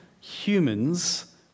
Humans